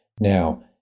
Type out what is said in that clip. now